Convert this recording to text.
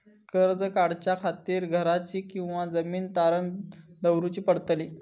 कर्ज काढच्या खातीर घराची किंवा जमीन तारण दवरूची पडतली?